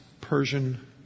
Persian